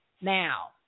now